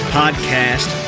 podcast